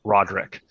Roderick